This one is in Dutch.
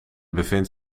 bevindt